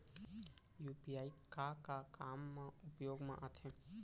UPI का का काम मा उपयोग मा आथे?